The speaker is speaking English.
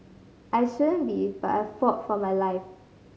I shouldn't be but I fought for my life